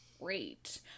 Great